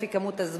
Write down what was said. לפי כמות הזמן,